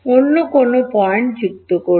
অন্য কোনও পয়েন্ট যুক্ত করুন